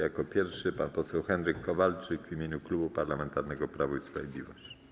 Jako pierwszy pan poseł Henryk Kowalczyk w imieniu Klubu Parlamentarnego Prawo i Sprawiedliwość.